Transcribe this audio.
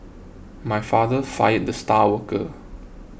my father fired the star worker